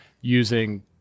using